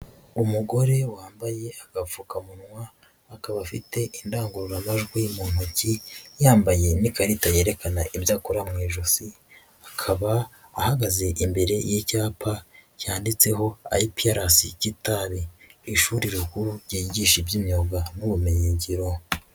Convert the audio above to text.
Umugore wambaye agapfukamunwa, akaba afite indangururamajwi mu ntoki, yambaye n'ikarita yerekana ibyo akora mu ijosi, akaba ahagaze imbere y'icyapa cyanditseho IPRC Kitabi, ishuri rikuru ryigisha iby'imyuga n'ubumenyingiro.